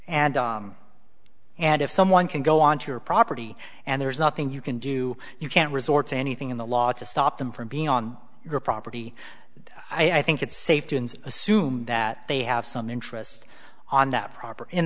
and and if someone can go onto your property and there is nothing you can do you can resort to anything in the law to stop them from being on your property i think it's safe to assume that they have some interest on that proper in